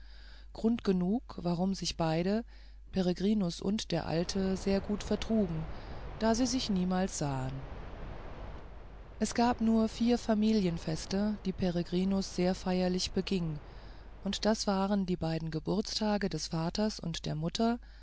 grund genug warum sich beide peregrinus und der alte sehr gut vertrugen da sie sich niemals sahen es gab nur vier familienfeste die peregrinus sehr feierlich beging und das waren die beiden geburtstage des vaters und der mutter